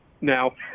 now